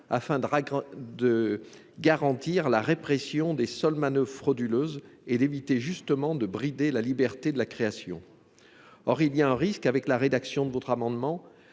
l'on veut garantir la répression des seules manoeuvres frauduleuses et éviter justement de brider la liberté de la création. La rédaction de votre amendement